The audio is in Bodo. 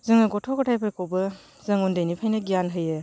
जोङो गथ' गथाइफोरखौबो जों उन्दैनिफ्रायनो गियान होयो